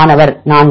மாணவர் 4